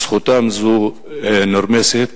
וזכותם זו נרמסת.